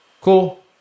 cool